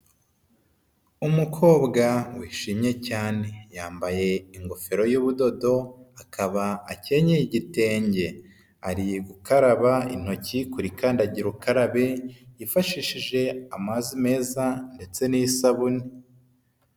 Umukobwa wishinmye cyane, yambaye ingofero y'ubudodo, akaba akenyeye igitenge, ari gukaraba intoki kuri kandidagira ukarabe yifashishije amazi meza ndetse n'isabune.